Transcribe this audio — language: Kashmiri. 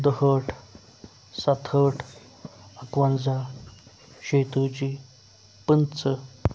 دُہٲٹھ سَتہٕ ہٲٹھ اَکوَنٛزاہ شییہ تٲجی پٕنٛژٕ